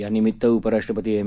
यानिमीत्त उपराष्ट्रपती एम